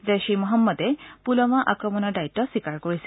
জইচ ঈ মহম্মদে পূলৱামা আক্ৰমণৰ দায়িত্ব স্বীকাৰ কৰিছিল